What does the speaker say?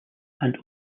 and